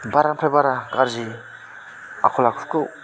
बारानिफ्राइ बारा गाज्रि आखल आखुखौ